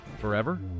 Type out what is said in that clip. forever